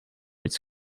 its